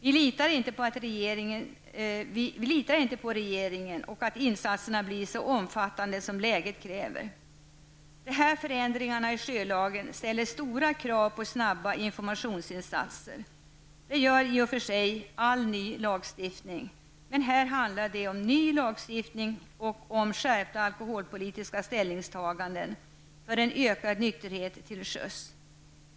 Vi litar inte på regeringen att insatserna blir så omfattande som läget kräver. De här förändringarna i sjölagen ställer stora krav på snabba informationsinsatser. Det gör i och för sig all ny lagstiftning, men här handlar det om ny lagstiftning och skärpta alkoholpolitiska ställningstaganden för en ökad nykterhet till sjöss.